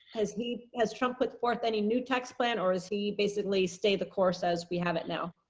has he, has trump put forth any new tax plan or is he basically stay the course as we have it now.